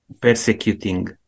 persecuting